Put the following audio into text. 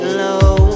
low